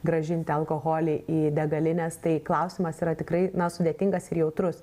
grąžinti alkoholį į degalines tai klausimas yra tikrai na sudėtingas ir jautrus